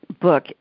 book